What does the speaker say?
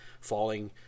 falling